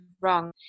wrong